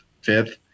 fifth